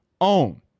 own